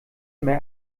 immer